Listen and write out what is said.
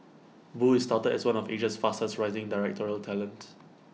boo is touted as one of Asia's fastest rising directorial talents